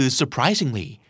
surprisingly